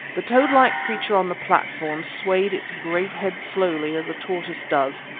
the toad-like creature on the platform swayed its great head slowly as a tortoise does,